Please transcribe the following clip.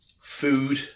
food